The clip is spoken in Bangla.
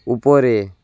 উপরে